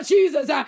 Jesus